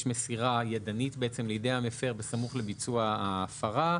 יש מסירה ידנית לידי המפר בסמוך לביצוע ההפרה,